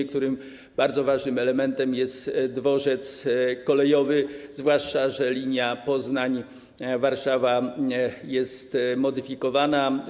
Jego bardzo ważnym elementem jest dworzec kolejowy, zwłaszcza że linia Poznań - Warszawa jest modyfikowana.